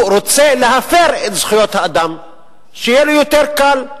רוצה להפר את זכויות האדם, שיהיה לו יותר קל.